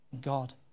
God